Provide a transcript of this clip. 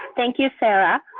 thank you, sarah.